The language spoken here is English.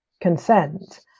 consent